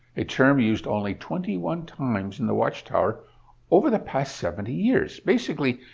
a term used only twenty one times in the watchtower over the past seventy years. basically,